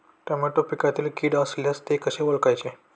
Tomato पिकातील कीड असल्यास ते कसे ओळखायचे?